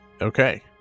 Okay